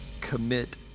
commit